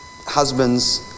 husbands